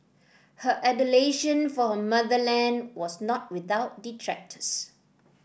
her adulation for her motherland was not without detractors